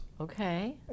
okay